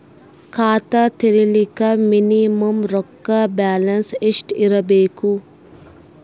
ಖಾತಾ ತೇರಿಲಿಕ ಮಿನಿಮಮ ರೊಕ್ಕ ಬ್ಯಾಲೆನ್ಸ್ ಎಷ್ಟ ಇರಬೇಕು?